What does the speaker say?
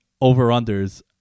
over-unders